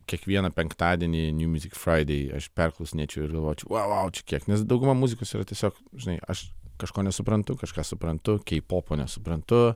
kiekvieną penktadienį niu miuzik fraidei aš perklausinėčiau ir galvočiau vau vau čia kiek nes dauguma muzikos yra tiesiog žinai aš kažko nesuprantu kažką suprantu kei popo nesuprantu